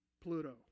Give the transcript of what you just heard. Pluto